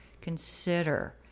consider